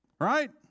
right